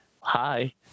hi